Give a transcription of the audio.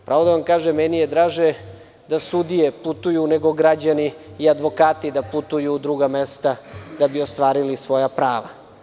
Pravo da vam kažem, meni je draže da sudije putuju nego građani, i advokati da putuju u druga mesta da bi ostvarili svoja prava.